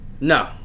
No